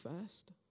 first